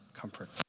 comfort